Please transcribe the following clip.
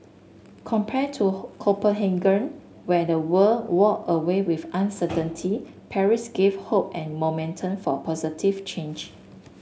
compared to Copenhagen where the world walked away with uncertainty Paris gave hope and momentum for positive change